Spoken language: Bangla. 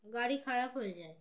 গাড়ি খারাপ হয়ে যায়